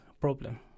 problem